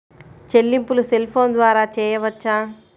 చెల్లింపులు cell phone ద్వారా చేయవచ్చా?